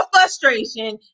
frustration